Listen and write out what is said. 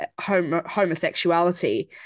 homosexuality